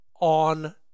on